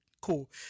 cool